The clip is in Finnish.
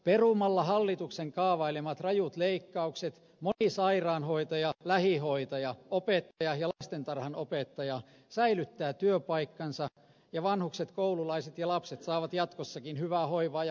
perumalla hallituksen kaavailemat rajut leikkaukset moni sairaanhoitaja lähihoitaja opettaja ja lastentarhanopettaja säilyttää työpaikkansa ja vanhukset koululaiset ja lapset saavat jatkossakin hyvää hoivaa ja huolenpitoa